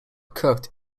cooked